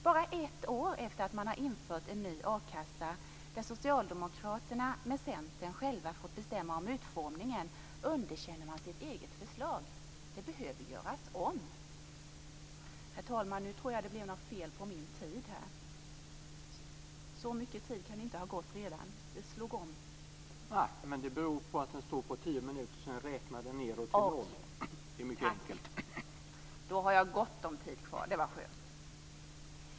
Bara ett år efter det att en ny a-kassa har införts, där socialdemokraterna tillsammans med Centern bestämt utformningen, underkänner man sitt eget förslag. Det behöver göras om.